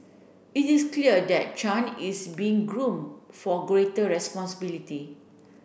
it is clear that Chan is being groom for greater responsibility